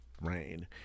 rain